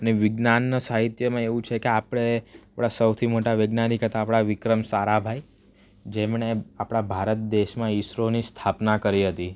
અને વિજ્ઞાન ને સાહિત્યમાં એવું છે કે આપણે આપણા સૌથી મોટા વૈજ્ઞાનિક હતા આપણા વિક્રમ સારાભાઈ જેમણે આપણા ભારત દેશમાં ઈસરોની સ્થાપના કરી હતી